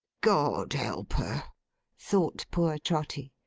god help her thought poor trotty.